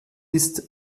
ist